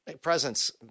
presence